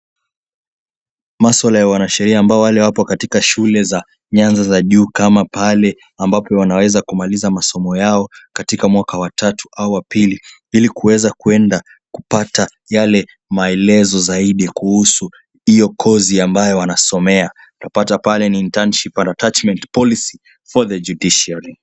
Maswala ya wanasheria ambao wale wapo katika shule za nyanza za juu kama pale ambapo wanaweza kumaliza masomo yao katika mwaka wa tatu au wa pili, ili kuweza kwenda kupata yale maelezo zaidi kuhusu iyo kozi ambayo wanasomea, na pata pale ni internship au attachment policy for the judiciary .